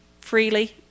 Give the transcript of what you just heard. freely